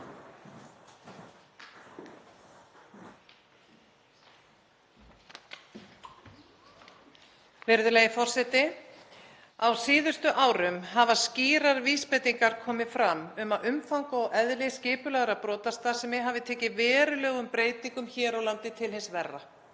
Virðulegi forseti. Á síðustu árum hafa skýrar vísbendingar komið fram um að umfang og eðli skipulagðrar brotastarfsemi hafi tekið verulegum breytingum hér á landi til hins verra.